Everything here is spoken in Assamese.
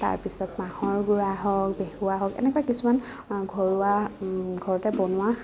তাৰপিছত মাহৰ গুড়া হওক হওক এনেকুৱা কিছুমান ঘৰুৱা ঘৰতে বনোৱা